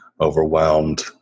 overwhelmed